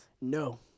No